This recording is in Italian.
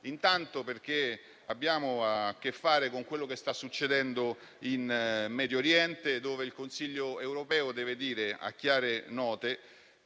Intanto perché abbiamo a che fare con quello che sta succedendo in Medio Oriente, dove il Consiglio europeo deve dire a chiare note